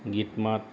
গীত মাত